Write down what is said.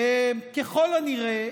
ככל הנראה,